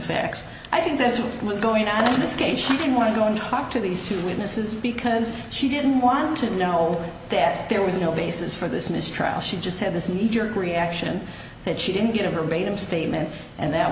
facts i think this is what's going on in this case she didn't want to go and talk to these two witnesses because she didn't want to know that there was no basis for this mistrial she just had this knee jerk reaction that she didn't get a verbatim statement and that